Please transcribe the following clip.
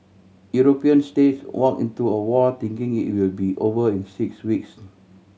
European states walked into a war thinking it will be over in six weeks